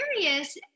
curious